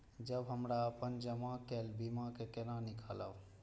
जब हमरा अपन जमा केल बीमा के केना निकालब?